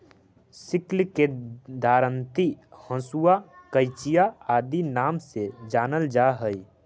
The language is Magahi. सिक्ल के दरांति, हँसुआ, कचिया आदि नाम से जानल जा हई